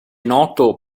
noto